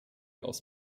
aus